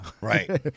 Right